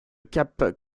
cap